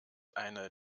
eine